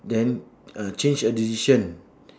then uh change a decision